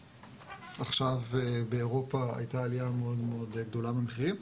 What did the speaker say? עכשיו באירופה הייתה עליה מאוד גדולה במחירים.